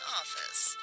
office